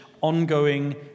ongoing